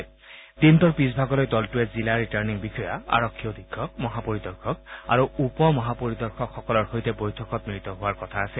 আজি দিনটোৰ পিছভাগলৈ দলটোৰে জিলা ৰিটাৰ্ণিং বিষয়া আৰক্ষী অধীক্ষক মহাপৰিদৰ্শক আৰু উপ মহাপৰি দৰ্শকসকলৰ সৈতে বৈঠকত মিলিত হোৱাৰ কথা আছে